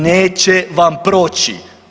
Neće vam proći.